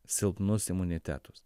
silpnus imunitetus